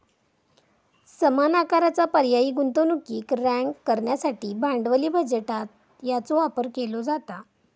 समान आकाराचा पर्यायी गुंतवणुकीक रँक करण्यासाठी भांडवली बजेटात याचो वापर केलो जाता